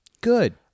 Good